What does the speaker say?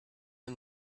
him